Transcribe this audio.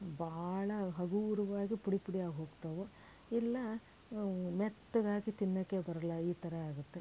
ಭಾಳ ಹಗುರವಾಗಿ ಪುಡಿ ಪುಡಿಯಾಗಿ ಹೋಗ್ತವೆ ಇಲ್ಲ ಮೆತ್ತಗಾಗಿ ತಿನ್ನೋಕ್ಕೆ ಬರಲ್ಲ ಈ ಥರ ಆಗುತ್ತೆ